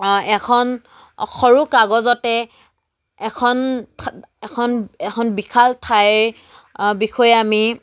এখন সৰু কাগজতে এখন এখন এখন বিশাল ঠাইৰ বিষয়ে আমি